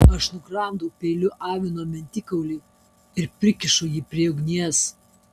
aš nugramdau peiliu avino mentikaulį ir prikišu jį prie ugnies